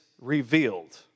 revealed